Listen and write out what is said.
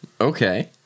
Okay